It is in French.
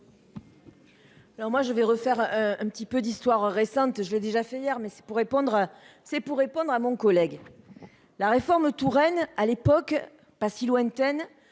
Alors moi je vais refaire un petit peu d'histoire récente. Je l'ai déjà fait hier, mais c'est pour répondre. C'est pour répondre à mon collègue. La réforme Touraine à l'époque pas si lointaine,